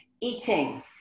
Eating